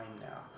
now